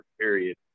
period